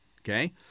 okay